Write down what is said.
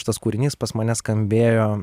šitas kūrinys pas mane skambėjo